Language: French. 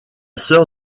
sœur